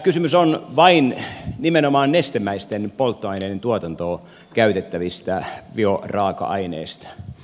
kysymys on vain nimenomaan nestemäisten polttoaineiden tuotantoon käytettävistä bioraaka aineista